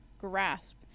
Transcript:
grasp